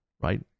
right